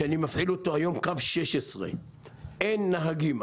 שאני מפעיל אותו היום, קו 16. אין נהגים.